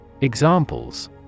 Examples